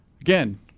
again